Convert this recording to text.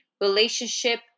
relationship